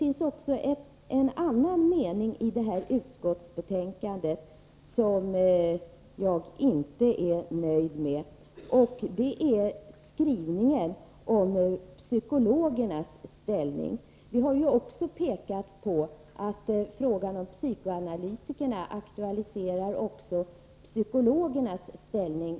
Men det finns en annan mening i utskottsbetänkandet som jag inte är nöjd med, och det är skrivningen om psykologernas ställning. Vi har ju pekat på att frågan om psykoanalytikerna aktualiserar också psykologernas ställning.